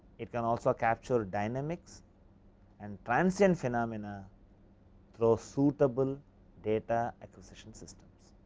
it can also capture dynamics and transient phenomena through suitable data acquisition systems.